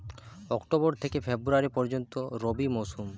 October থেকে February পর্যন্ত রবি মৌসুম